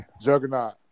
Juggernaut